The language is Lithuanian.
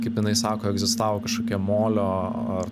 kaip jinai sako egzistavo kažkokia molio ar